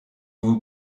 vous